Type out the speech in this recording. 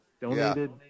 donated